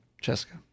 Jessica